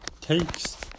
takes